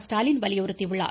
ஸ்டாலின் வலியுறுத்தியுள்ளார்